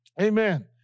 Amen